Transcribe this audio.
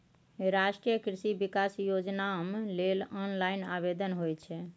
राष्ट्रीय कृषि विकास योजनाम लेल ऑनलाइन आवेदन होए छै